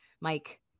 Mike